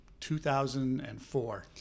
2004